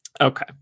Okay